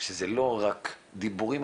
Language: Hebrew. שזה לא רק דיבורים.